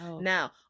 Now